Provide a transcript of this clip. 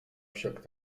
však